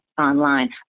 online